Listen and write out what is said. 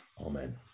Amen